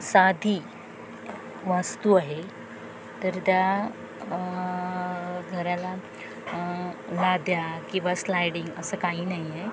साधी वास्तू आहे तर त्या घराला लाद्या किंवा स्लायडिंग असं काही नाही आहे